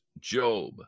Job